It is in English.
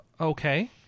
Okay